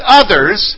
others